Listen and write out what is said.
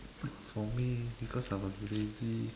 for me because I was lazy